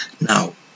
Now